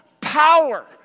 power